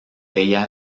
ella